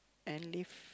and leave